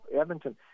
Edmonton